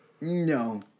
No